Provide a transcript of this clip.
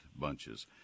bunches